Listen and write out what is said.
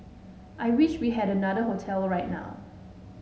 I wish we had another hotel right now